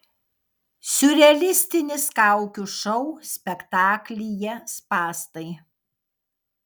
siurrealistinis kaukių šou spektaklyje spąstai